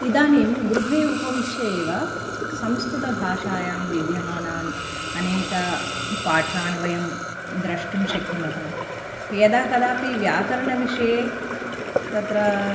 इदानीं गृहे उपविश्य एव संस्कृतभाषायां विद्यमानान् अनेक पाठान् वयं द्रष्टुं शक्नुमः यदा कदापि व्याकरणविषये तत्र